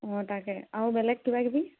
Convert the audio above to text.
অঁ তাকে আৰু বেলেগ কিবা কিবি